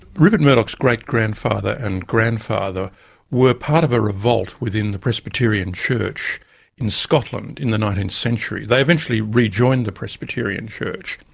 rupert murdoch's great-grandfather and grandfather were part of a revolt within the presbyterian church in scotland in the nineteenth century. they eventually rejoined the presbyterian church.